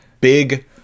big